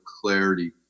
clarity